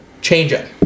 changeup